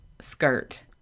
skirt